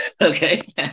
Okay